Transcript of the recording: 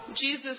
Jesus